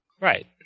Right